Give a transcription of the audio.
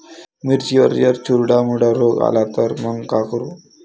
मिर्चीवर जर चुर्डा मुर्डा रोग आला त मंग का करू?